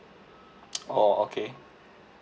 oh okay